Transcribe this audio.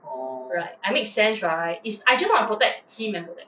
oh